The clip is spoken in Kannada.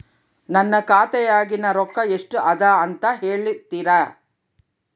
ನನ್ನ ಖಾತೆಯಾಗಿನ ರೊಕ್ಕ ಎಷ್ಟು ಅದಾ ಅಂತಾ ಹೇಳುತ್ತೇರಾ?